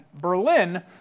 Berlin